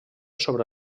sobre